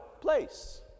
place